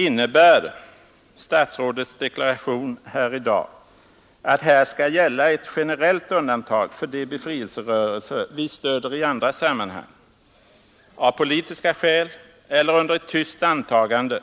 Innebär statsrådets deklaration i dag att här skall gälla ett generellt undantag för de befrielserörelser som vi stöder i andra sammanhang — av politiska skäl eller under tyst antagande